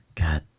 god